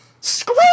Screw